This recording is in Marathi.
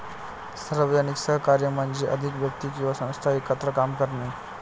सार्वजनिक सहकार्य म्हणजे अधिक व्यक्ती किंवा संस्था एकत्र काम करणे